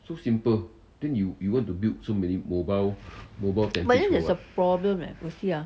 but then there's a problem eh you see ah